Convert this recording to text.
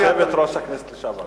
יושבת-ראש הכנסת לשעבר,